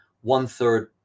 one-third